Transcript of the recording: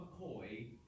McCoy